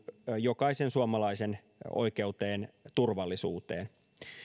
jokaisen suomalaisen oikeuteen turvallisuuteen no